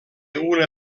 una